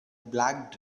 black